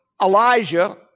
Elijah